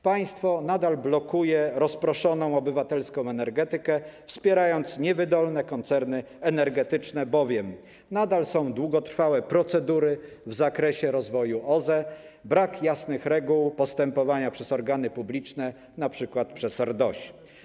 Państwo nadal blokuje rozproszoną obywatelską energetykę, wspierając niewydolne koncerny energetyczne, bowiem nadal są długotrwałe procedury w zakresie rozwoju OZE, brakuje jasnych reguł postępowania organów publicznych, np. RDOŚ.